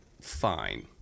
fine